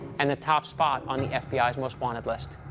and the top spot on the fbi's most wanted list.